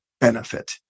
benefit